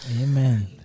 Amen